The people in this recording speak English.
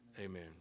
Amen